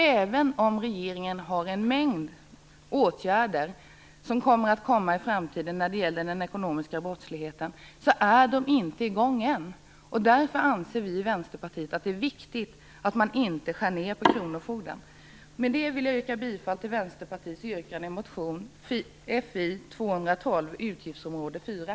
Även om det kommer en mängd åtgärder från regeringen när det gäller den ekonomiska brottsligheten i framtiden, är de inte i gång än. Därför anser vi i Vänsterpartiet att det är viktigt att man inte skär ned på kronofogden. Med det vill jag yrka bifall till Vänsterpartiets yrkande i reservation 49, utgiftsområde 4.